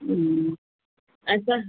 अच्छा